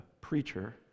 preacher